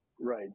Right